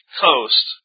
coast